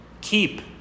keep